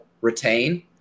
retain